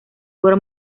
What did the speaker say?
obra